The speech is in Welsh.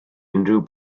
unrhyw